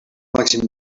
màxim